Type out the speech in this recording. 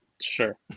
Sure